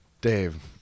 Dave